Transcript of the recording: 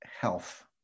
health